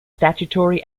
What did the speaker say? statutory